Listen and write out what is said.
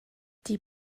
die